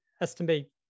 estimate